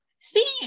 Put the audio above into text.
Speaking